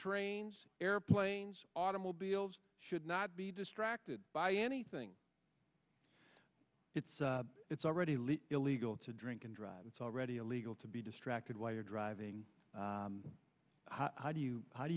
trains airplanes automobiles should not be distracted by anything it's it's already legal illegal to drink and drive it's already illegal to be distracted while you're driving how do you how do